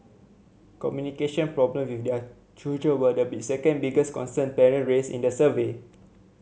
communication problem with their children were the second biggest concern parent raised in the survey